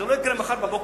זה לא יקרה מחר בבוקר,